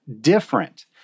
different